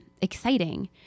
exciting